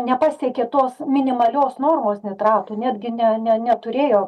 nepasiekė tos minimalios normos nitratų netgi ne ne neturėjo